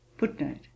Footnote